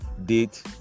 date